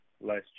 last